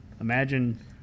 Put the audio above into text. Imagine